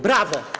Brawo.